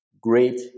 great